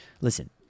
Listen